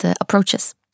approaches